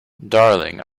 darling